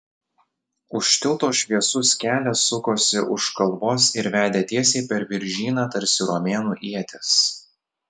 už tilto šviesus kelias sukosi už kalvos ir vedė tiesiai per viržyną tarsi romėnų ietis